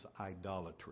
idolatry